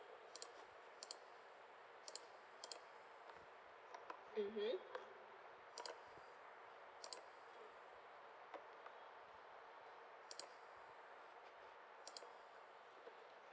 mmhmm